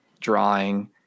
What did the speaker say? drawing